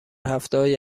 هفتههای